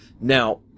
Now